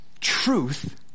truth